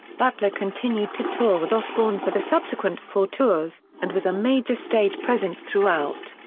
butler continued to tour with osbourne for the subsequent four tours, and was a major stage presence throughout.